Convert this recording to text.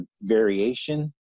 variation